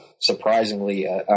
surprisingly